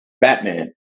Batman